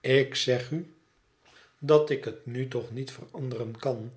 ik zeg u dat ik het nu toch niet veranderen kan